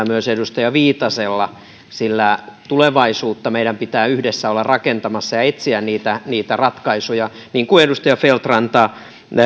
myös edustaja viitasella sillä tulevaisuutta meidän pitää yhdessä olla rakentamassa ja etsiä niitä niitä ratkaisuja niin kuin edustaja feldt ranta